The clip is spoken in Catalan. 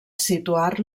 situar